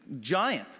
giant